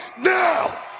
now